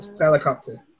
Helicopter